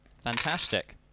Fantastic